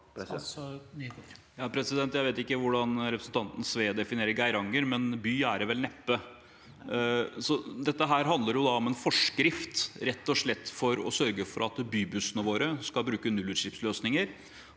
Jeg vet ikke hvordan representanten Sve definerer Geiranger, men by er det vel neppe. Dette handler om en forskrift for rett og slett å sørge for at bybussene våre skal bruke nullutslippsløsninger.